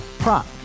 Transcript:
Prop